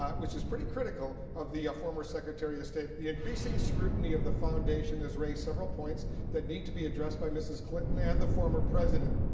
ah which is pretty critical of the former secretary of state. the increasing scrutiny of the foundation has raised several points that need to be addressed by mrs. clinton and the former president.